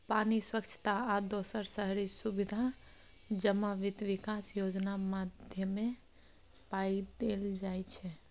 पानि, स्वच्छता आ दोसर शहरी सुबिधा जमा बित्त बिकास योजना माध्यमे पाइ देल जाइ छै